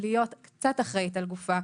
להיות קצת אחראית על גופה,